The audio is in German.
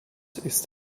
ist